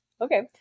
Okay